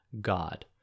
God